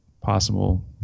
possible